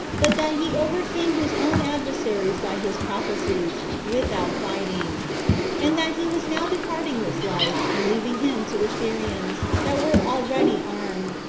but that he overcame his own adversaries by his prophecies, without fighting and that he was now departing this life, and leaving him to the syrians, that were already armed,